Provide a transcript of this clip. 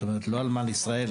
כלומר לא אלמן ישראל.